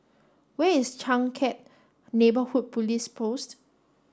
where is Changkat Neighborhood Police Post